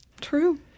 True